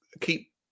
keep